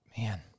man